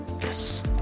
Yes